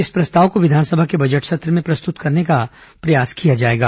इस प्रस्ताव को विधानसभा के बजट सत्र में प्रस्तुत करने का प्रयास किया जाएगा